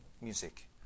music